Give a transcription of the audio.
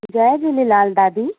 जय झूलेलाल दादी